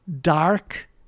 dark